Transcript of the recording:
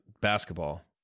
basketball